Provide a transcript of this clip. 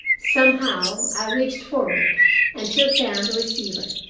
somehow i reached forward and took down the receiver.